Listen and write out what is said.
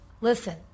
Listen